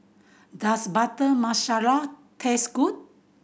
does Butter Masala taste good